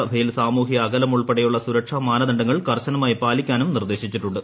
സഭയിൽ സാമൂഹിക അകലം ഉൾപ്പെടെയുളള സുരക്ഷാ മാനദണ്ഡങ്ങൾ കർശനമായി പാലിക്കാനും നിർദ്ദേശിച്ചിട്ടുണ്ട്